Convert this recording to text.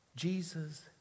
Jesus